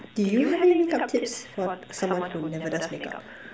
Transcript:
do you have any makeup tips for someone who never does makeup